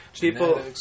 people